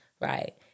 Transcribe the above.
right